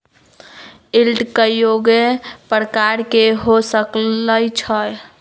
yield कयगो प्रकार के हो सकइ छइ